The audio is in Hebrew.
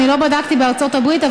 לא בדקתי בארצות הברית,